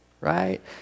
right